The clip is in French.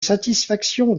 satisfaction